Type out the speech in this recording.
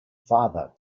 father